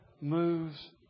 moves